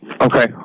Okay